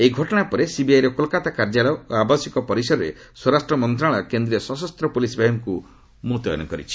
ଏହି ଘଟଣା ପରେ ସିବିଆଇର କୋଲ୍କାତା କାର୍ଯ୍ୟାଳୟ ଓ ଆବାସିକ ପରିସରରେ ସ୍ୱରାଷ୍ଟ୍ର ମନ୍ତ୍ରଣାଳୟ କେନ୍ଦ୍ରୀୟ ସଶସ୍ତ ପୁଲିସ୍ ବାହିନୀକୁ ମୁତୟନ କରିଛି